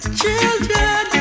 children